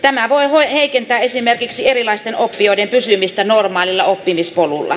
tämä voi heikentää esimerkiksi erilaisten oppijoiden pysymistä normaalilla oppimispolulla